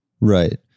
Right